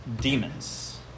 demons